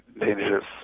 dangerous